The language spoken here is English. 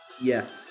yes